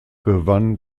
gewann